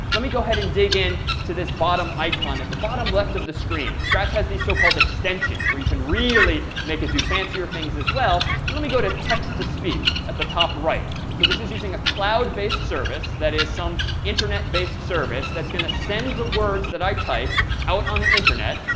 let me go ahead and dig in to this bottom icon at the bottom left of the screen. scratch has these so-called extensions, where you can really make it do fancier things as well. and let me go to text to speech at the top right. so this is using a cloud-based service that is some internet-based service that's going to send the words that i type out on the internet.